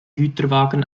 güterwagen